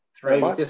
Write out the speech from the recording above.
three